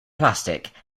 plastic